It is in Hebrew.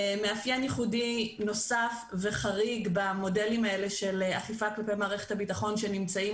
מאפיין ייחודי נוסף וחריג במודלים האלה של אכיפת מערכת הביטחון שנמצאים